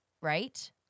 right